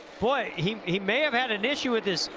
boy, he he may have had an issue with his.